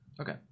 Okay